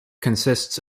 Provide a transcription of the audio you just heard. consists